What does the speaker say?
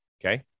Okay